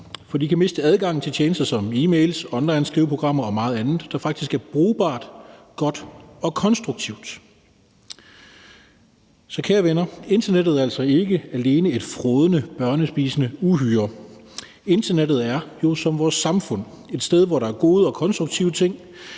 for de kan miste adgangen til tjenester som e-mails, onlineskriveprogrammer og meget andet, der faktisk er brugbart, godt og konstruktivt. Så kære venner, internettet er altså ikke alene et frådende børnespisende uhyre. Internettet er jo som vores samfund et sted, hvor der er gode og konstruktive ting,